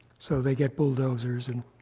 so they get bulldozers. and